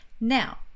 Now